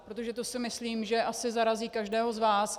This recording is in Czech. Protože to si myslím, že asi zarazí každého z vás.